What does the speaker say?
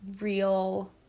real